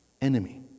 enemy